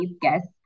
guest